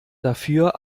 dafür